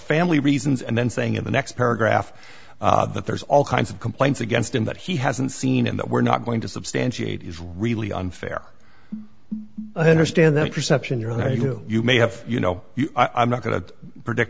family reasons and then saying in the next paragraph that there's all kinds of complaints against him that he hasn't seen and that we're not going to substantiate is really unfair i understand that perception you're you you may have you know i'm not going to predict